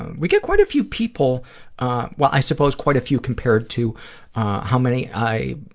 we get quite a few people well, i suppose quite a few compared to how many i